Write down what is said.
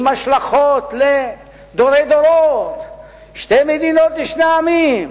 עם השלכות לדורי דורות, שתי מדינות לשני עמים,